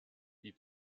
die